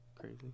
crazy